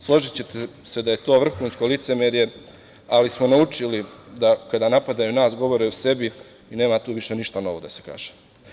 Složićete se da je to vrhunsko licemerje, ali smo naučili da kada napadaju nas, govore o sebi, nema tu ništa novo da se kaže.